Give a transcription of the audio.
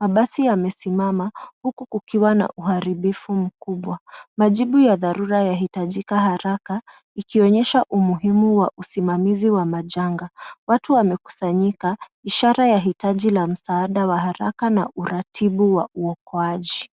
Mabasi yamesimama huku kukiwa na uharibifu mkubwa. Majibu ya dharura yahitajika haraka ikionyesha umuhimu wa usimamizi wa majanga. Watu wamekusanyika, ishara ya hitaji la msaada wa haraka na uratibu wa uokoaji.